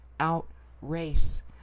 outrace